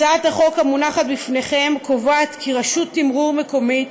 הצעת החוק המונחת לפניכם קובעת כי רשות תִמרור מקומית